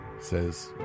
says